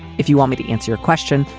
if you want me to answer your question.